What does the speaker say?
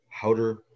Howder